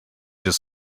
just